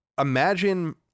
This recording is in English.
imagine